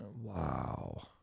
Wow